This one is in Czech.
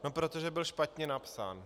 No protože byl špatně napsán.